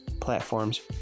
platforms